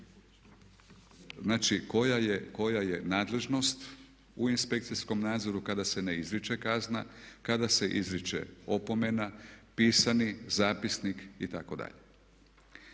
znači koja je nadležnost u inspekcijom nadzoru kada se ne izriče kazna, kada se izriče opomena, pisani zapisnik itd.